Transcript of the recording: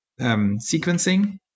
sequencing